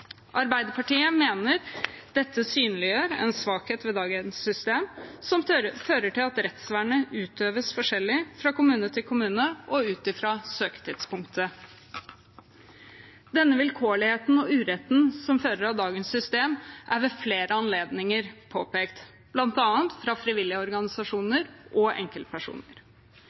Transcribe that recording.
Arbeiderpartiet mener dette synliggjør en svakhet ved dagens system som fører til at rettsvernet utøves forskjellig fra kommune til kommune og ut fra søketidspunktet. Den vilkårligheten og uretten som følger av dagens system, er ved flere anledninger påpekt, bl.a. av frivillige organisasjoner og enkeltpersoner.